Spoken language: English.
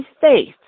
faith